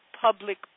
public